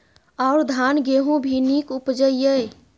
और धान गेहूँ भी निक उपजे ईय?